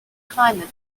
climate